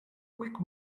quick